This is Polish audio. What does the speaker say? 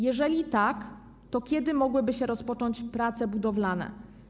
Jeżeli tak, to kiedy mogłyby się rozpocząć prace budowlane?